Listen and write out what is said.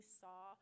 saw